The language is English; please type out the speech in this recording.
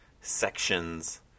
sections